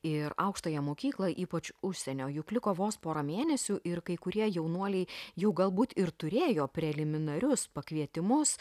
ir aukštąją mokyklą ypač užsienio juk liko vos pora mėnesių ir kai kurie jaunuoliai jau galbūt ir turėjo preliminarius pakvietimus